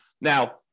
Now